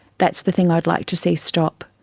that's the thing i'd like to see stop.